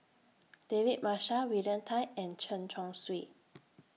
David Marshall William Tan and Chen Chong Swee